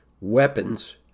weapons